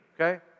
okay